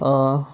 آ